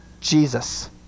Jesus